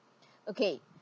okay